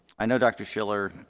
i know dr. schiller